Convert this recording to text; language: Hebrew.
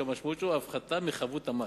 שהמשמעות שלו היא הפחתת חבות המס.